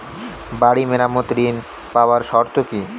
বাড়ি মেরামত ঋন পাবার শর্ত কি?